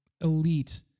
elite